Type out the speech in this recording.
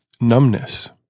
numbness